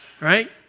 Right